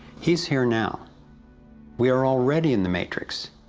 he's here now we're already in the matrix.